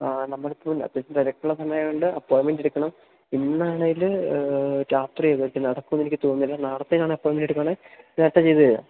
ആ നമ്മളിപ്പോൾ അത്യാവശ്യം തിരക്കുള്ള സമയമായതുകൊണ്ട് അപ്പോയിന്മെന്റെടുക്കണം ഇന്നാണെങ്കില് വയ്ക്കുന്ന നടക്കുമെന്ന് എനിക്കു തോന്നുന്നില്ല നാളെത്തേനാണെങ്കില് അപ്പോയിന്മെൻറ്റെടുക്കുകയാണെങ്കില് നേരത്തെ ചെയ്തുതരാം